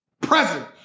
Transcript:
Present